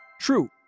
True